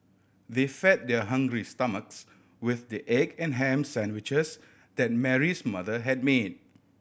they fed their hungry stomachs with the egg and ham sandwiches that Mary's mother had made